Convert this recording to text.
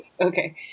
Okay